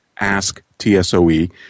AskTSOE